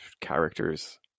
characters